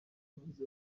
umuyobozi